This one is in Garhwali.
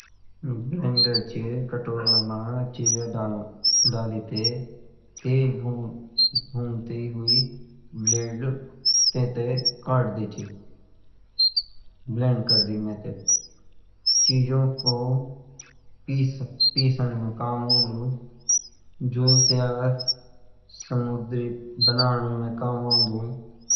ब्लेंडर ची कटोरी मा चीज़े डाली ते तेज़ घूमते हुई ब्लेड तेते कटदु ची ब्लेंड करदी तेते चीज़ो को पिसनो के काम औन्दु जूस या स्मूथी बनोनु माँ काम औन्दु